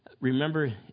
remember